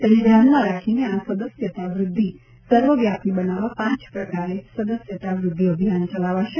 તેને ધ્યાનમાં રાખીને આ સદસ્યતા વ્રધ્ધિ સર્વ વ્યાપી બનાવવા પાંચ પ્રકારે સદસ્યતા વૃધ્ધિ અભિયાન ચલાવશે